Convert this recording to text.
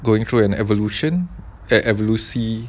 going through an evolution eh evolusi